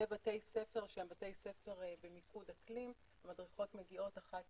בבתי ספר שהם במיקוד אקלים המדריכות מגיעות אחת